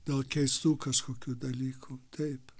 dėl keistų kažkokių dalykų taip